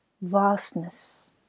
vastness